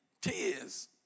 tears